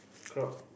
crowd